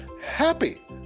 happy